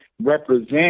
represent